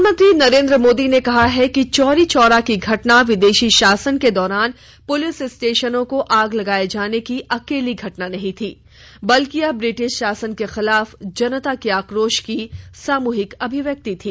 प्रधानमंत्री नरेन्द्र मोदी ने कहा है कि चौरी चौरा की घटना विदेशी शासन के दौरान पुलिस स्टेशनों को आग लगाए जाने की अकेली घटना नहीं थी बल्कि यह ब्रिटिश शासन के खिलाफ जनता के आक्रोश की सामूहिक अभिव्यक्ति थी